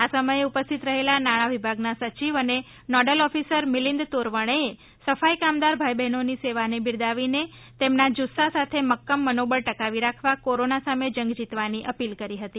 આ સમયે ઉપસ્થિત રહેલા નાણાં વિભાગના સચિવ ને નૉડલ ઑફિસર મિલિન્દ તોરવણેએ સફાઈ કામદાર ભાઈ બહેનોની સેવાને બિરદાવીને નેમ અને જૂસ્સા સાથે મકક્મ મનોબળ ટકાવી રાખી કોરોના સામે જંગ જીતવાની અપીલ કરી હતી